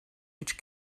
which